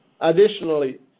Additionally